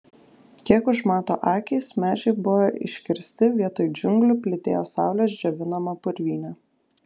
kiek užmato akys medžiai buvo iškirsti vietoj džiunglių plytėjo saulės džiovinama purvynė